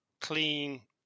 clean